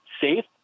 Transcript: safe